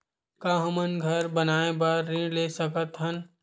का हमन घर बनाए बार ऋण ले सकत हन?